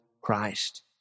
Christ